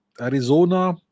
Arizona